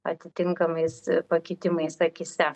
atitinkamais pakitimais akyse